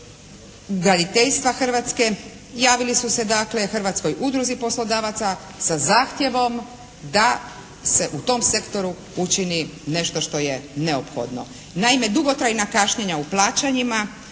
Hrvatske. Javili su se dakle Hrvatskoj udruzi poslodavaca sa zahtjevom da se u tom sektoru učini nešto što je neophodno. Naime dugotrajna kašnjenja u plaćanjima